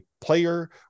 player